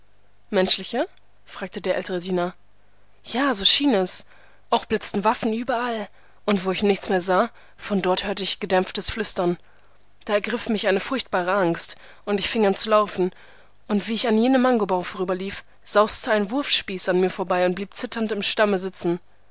menschliche fragte der ältere diener ja so schien es auch blitzten waffen überall und wo ich nichts mehr sah von dort hörte ich gedämpftes flüstern da ergriff mich eine furchtbare angst und ich fing an zu laufen und wie ich an jenem mangobaum vorüberlief sauste ein wurfspieß an mir vorbei und blieb zitternd im stamme sitzen